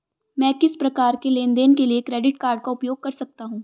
मैं किस प्रकार के लेनदेन के लिए क्रेडिट कार्ड का उपयोग कर सकता हूं?